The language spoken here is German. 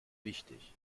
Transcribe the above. wichtig